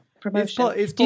promotion